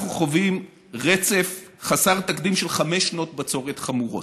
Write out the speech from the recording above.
אנחנו חווים רצף חסר תקדים של חמש שנות בצורת חמורות.